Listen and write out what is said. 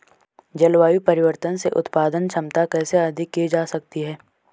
जलवायु परिवर्तन से उत्पादन क्षमता कैसे अधिक की जा सकती है?